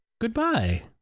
Goodbye